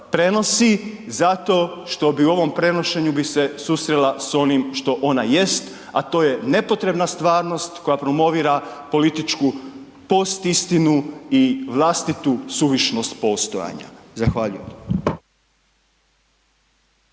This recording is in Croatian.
prenosi, zato što bi u ovom prenošenju bi se susrela sa onim što ona jest a to je nepotrebna stvarnost koja promovira političku postistinu i vlastitu suvišnost postojanja. Zahvaljujem.